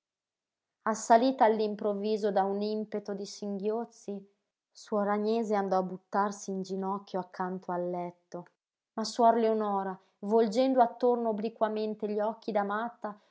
cosí assalita all'improvviso da un impeto di singhiozzi suor agnese andò a buttarsi in ginocchio accanto al letto ma suor leonora volgendo attorno obliquamente gli occhi da matta